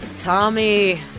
Tommy